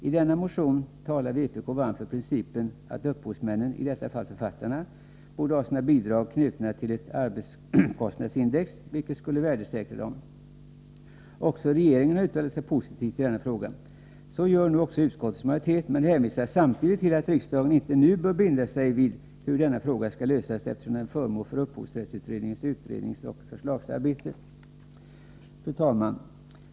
I denna motion talar vpk varmt för principen att upphovsmännen, i detta fall författarna, borde ha sina bidrag knutna till ett arbetskostnadsindex, vilket skulle värdesäkra bidragen. Också regeringen har uttalat sig positivt i denna fråga. Så gör nu också utskottets majoritet men hänvisar samtidigt till att riksdagen inte nu bör binda sig vid hur denna fråga skall lösas, eftersom den är föremål för upphovsrättsutredningens utredningsoch förslagsarbete. Fru talman!